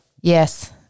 Yes